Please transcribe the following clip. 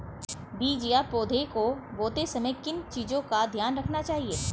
बीज या पौधे को बोते समय किन चीज़ों का ध्यान रखना चाहिए?